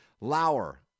Lauer